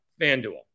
FanDuel